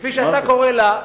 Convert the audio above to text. כפי שאתה קורא לה,